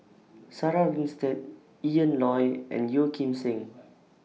Sarah Winstedt Ian Loy and Yeo Kim Seng